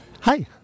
Hi